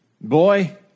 boy